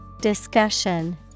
Discussion